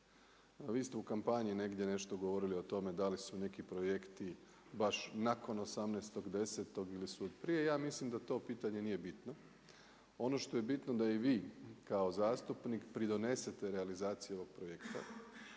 vi ste u kampanji negdje nešto govorili o tome da li su neki projekti baš nakon 18.-tog 10. ili su prije, ja mislim da to pitanje nije bitno. Ono što je bitno da i vi kao zastupnik pridonesete realizaciji ovog projekta,